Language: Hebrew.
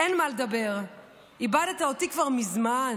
/ אין מה לדבר / איבדת אותי כבר מזמן....